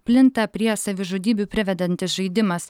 plinta prie savižudybių privedantis žaidimas